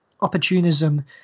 opportunism